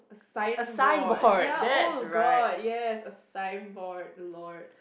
a signboard ya oh god yes a signboard lord